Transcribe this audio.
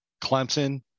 Clemson